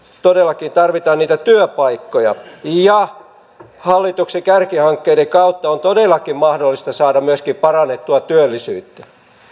todellakin tarvitaan niitä työpaikkoja hallituksen kärkihankkeiden kautta on todellakin mahdollista saada myöskin parannettua työllisyyttä